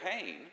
pain